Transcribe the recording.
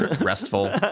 restful